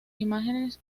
imágenes